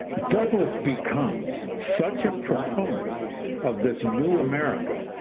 douglass becomes such a proponent of this new america.